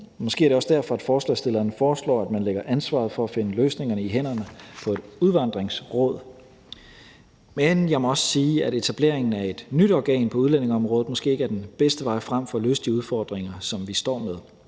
måske også derfor, at forslagsstillerne foreslår, at man lægger ansvaret for at finde løsninger i hænderne på et udvandringsråd. Men jeg må også sige, at etableringen af et nyt organ på udlændingeområdet måske ikke er den bedste vej frem for at løse de udfordringer, vi står med.